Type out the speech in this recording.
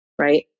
right